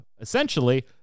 essentially